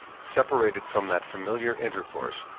separated from that familiar intercourse,